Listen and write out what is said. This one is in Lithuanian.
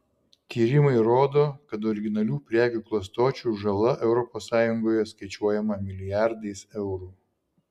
tyrimai rodo kad originalių prekių klastočių žala europos sąjungoje skaičiuojama milijardais eurų